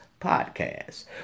podcast